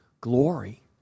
glory